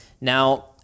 Now